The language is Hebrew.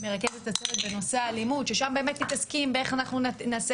שמרכז את הצוות בנושא האלימות ושם באמת מתעסקים באיך נעשה